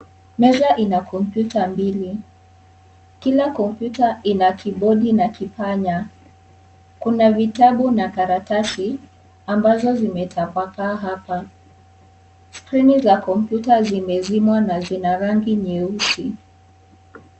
Meza ina kompyuta mbili. Kila kompyuta ina kibodi na kipanya. Kuna vitabu na karatasi, ambazo zimetapakaa hapa. Skrini za kompyuta zimezimwa na zina rangi nyeusi.